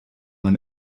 man